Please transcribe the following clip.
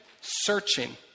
searching